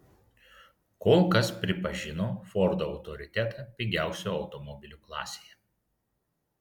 kol kas pripažino fordo autoritetą pigiausių automobilių klasėje